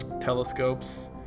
telescopes